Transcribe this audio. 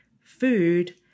food